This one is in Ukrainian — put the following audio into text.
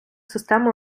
систем